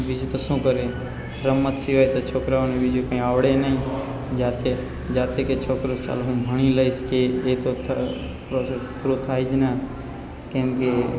બીજું તો શું કરીએ રમત સિવાય તો છોકરાઓને બીજું કંઈ આવડે નહીં જાતે જાતે કે છોકરૂ કે હું ભણી લઈશ કે તો પ્રોસેસ પૂરો થાય જ ના ના કેમ કે